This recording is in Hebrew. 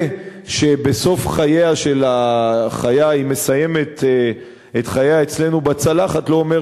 זה שבסוף החיה מסיימת את חייה אצלנו בצלחת לא אומר